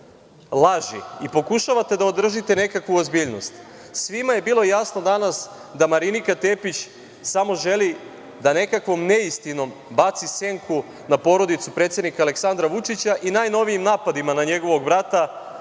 laži i pokušavate da održite nekakvu ozbiljnost, svima je bilo jasno danas da Marinika Tepić samo želi da nekakvom neistinom baci senku na porodicu predsednika Aleksandra Vučića i najnovijim napadima na njegovog brata